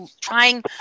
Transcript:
trying